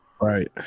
Right